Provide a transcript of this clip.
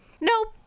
Nope